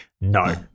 No